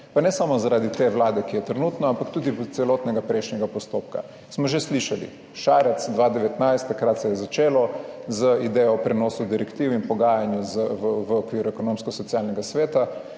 pa ne samo zaradi te Vlade, ki je trenutno, ampak tudi celotnega prejšnjega postopka. Smo že slišali Šarec 2019, takrat se je začelo z idejo o prenosu direktiv in pogajanju v okviru Ekonomsko-socialnega sveta.